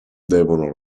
devono